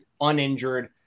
uninjured